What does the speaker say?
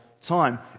time